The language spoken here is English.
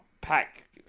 pack